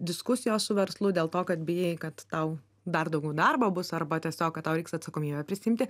diskusijos su verslu dėl to kad bijai kad tau dar daugiau darbo bus arba tiesiog tau reiks atsakomybę prisiimti